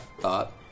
thought